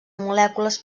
molècules